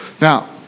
Now